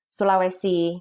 Sulawesi